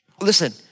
listen